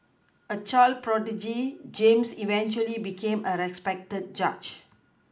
a child prodigy James eventually became a respected judge